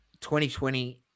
2020